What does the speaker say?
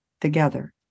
together